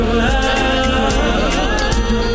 love